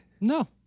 No